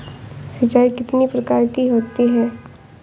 सिंचाई कितनी प्रकार की होती हैं?